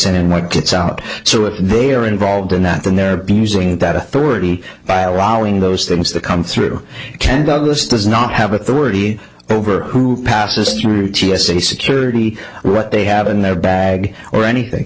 sent in what gets out so if they are involved in that then they're abusing that authority by allowing those things to come through can douglas does not have authority over who passes through t s a security what they have in their bag or anything